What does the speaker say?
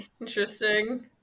interesting